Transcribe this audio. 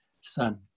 son